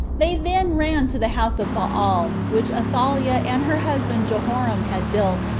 they then ran to the house of baal, which athaliah and her husband jehoram had built,